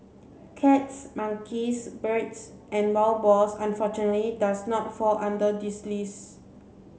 cats monkeys birds and wild boars unfortunately does not fall under this list